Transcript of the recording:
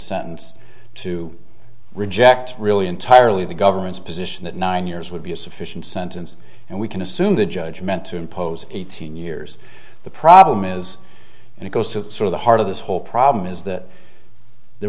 sentence to reject really entirely the government's position that nine years would be a sufficient sentence and we can assume the judge meant to impose eighteen years the problem is and it goes to the heart of this whole problem is that there